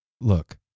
look